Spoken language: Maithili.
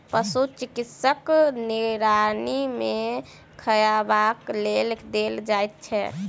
पशु चिकित्सकक निगरानी मे खयबाक लेल देल जाइत छै